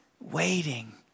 waiting